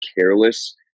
careless